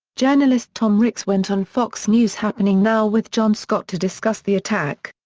journalist tom ricks went on fox news' happening now with jon scott to discuss the attack.